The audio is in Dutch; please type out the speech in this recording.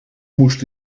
moest